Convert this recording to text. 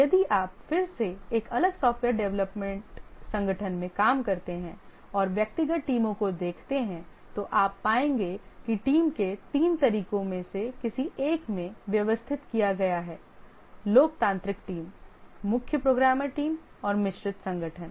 यदि आप फिर से एक अलग सॉफ़्टवेयर डेवलपमेंट संगठन में काम करते हैं और व्यक्तिगत टीमों को देखते हैं तो आप पाएंगे कि टीम को तीन तरीकों में से किसी एक में व्यवस्थित किया गया है लोकतांत्रिक टीम मुख्य प्रोग्रामर टीम और मिश्रित संगठन